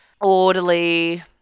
orderly